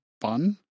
fun